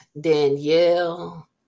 Danielle